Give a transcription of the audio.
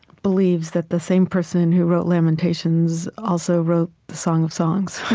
believes that the same person who wrote lamentations also wrote the song of songs